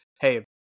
hey